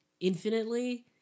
infinitely